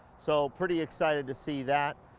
so, pretty excited to see that.